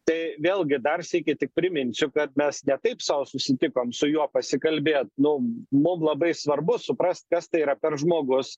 tai vėlgi dar sykį tik priminsiu kad mes ne taip sau susitikom su juo pasikalbėt nu mum labai svarbu suprast kas tai yra per žmogus